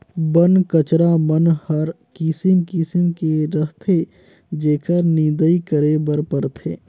बन कचरा मन हर किसिम किसिम के रहथे जेखर निंदई करे बर परथे